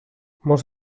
molts